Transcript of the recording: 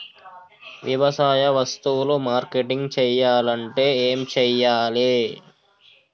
వ్యవసాయ వస్తువులు మార్కెటింగ్ చెయ్యాలంటే ఏం చెయ్యాలే?